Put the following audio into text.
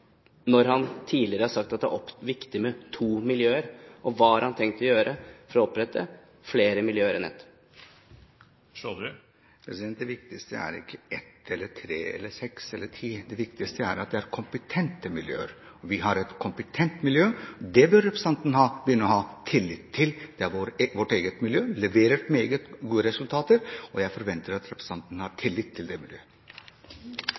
når han tidligere har sagt at det er viktig med to miljøer. Hva har han tenkt å gjøre for å opprette flere enn ett miljø? Det viktigste er ikke om det er ett eller tre eller seks eller ti, det viktigste er at det er kompetente miljøer. Vi har et kompetent miljø. Det bør representanten begynne å ha tillit til. Vi har vårt eget miljø. Det leverer meget gode resultater, og jeg forventer at representanten har